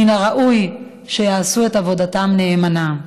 מן הראוי שיעשו את עבודתם נאמנה.